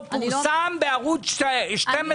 אתה יכול לומר שזה לא קיים.